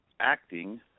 acting